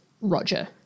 roger